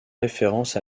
référence